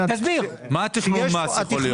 מה יכול להיות תכנון מס?